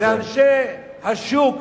עם הזקנים ואנשי השוק,